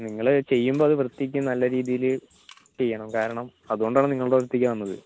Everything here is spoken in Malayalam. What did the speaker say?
നിങ്ങൾ ചെയ്യുമ്പോൾ അത് വൃത്തിക്ക് നല്ലരീതിയിൽ ചെയ്യണം കാരണം അതുകൊണ്ടാണ് നിങ്ങളുടെ അടുത്തേക്ക് വന്നത്